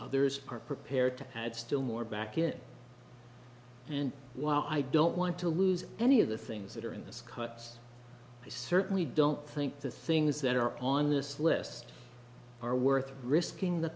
others are prepared to had still more back it and while i don't want to lose any of the things that are in this cuts i certainly don't think the things that are on this list are worth risking the